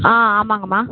ஆ ஆமாங்கம்மா